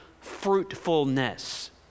fruitfulness